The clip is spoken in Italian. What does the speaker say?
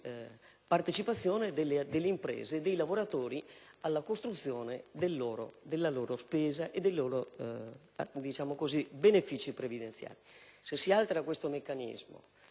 partecipazioni delle imprese e dei lavoratori alla costruzione della loro spesa e dei loro benefici previdenziali. Se si altera questo meccanismo